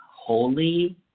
Holy